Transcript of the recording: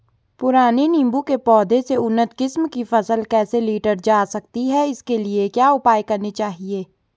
पुराने नीबूं के पौधें से उन्नत किस्म की फसल कैसे लीटर जा सकती है इसके लिए क्या उपाय करने चाहिए?